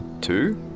Two